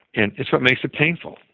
and it's what makes it painful.